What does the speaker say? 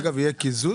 אגב, יהיה קיזוז?